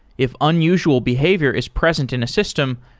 if unusual behavior is present in a system,